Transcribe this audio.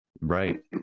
Right